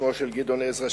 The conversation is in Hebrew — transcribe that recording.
בשמו של גדעון עזרא,